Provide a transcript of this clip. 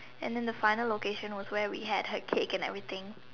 and then the final location was where we had her cake and everything